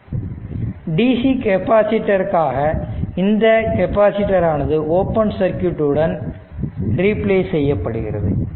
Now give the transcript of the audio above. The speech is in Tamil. dc கெப்பாசிட்டிருக்காக இந்த கெப்பாசிட்டர் ஆனது ஓபன் சர்க்யூட் உடன் ரீப்ளேஸ் செய்யப்படுகிறது